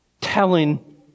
telling